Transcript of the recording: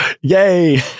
Yay